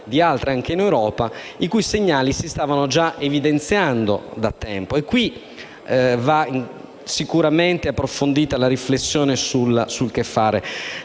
di altre anche in Europa, si stavano evidenziando già da tempo. Qui va sicuramente approfondita la riflessione sul che fare.